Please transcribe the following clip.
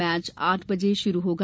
match आठ बजे शुरू होगा